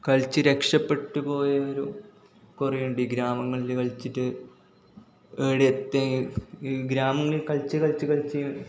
കളിച്ച് രക്ഷപ്പെട്ടു പോയവരും കുറേയുണ്ട് ഈ ഗ്രാമങ്ങളിൽ കളിച്ചിട്ട് ഏടേം എത്തെ ഗ്രാമങ്ങി കളിച്ച് കളിച്ച് കളിച്ച്